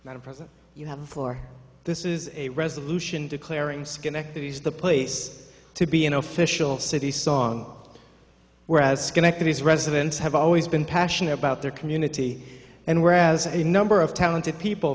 to present you have the floor this is a resolution declaring schenectady is the place to be an official city song whereas schenectady is residents have always been passionate about their community and whereas a number of talented people